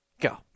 go